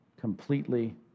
completely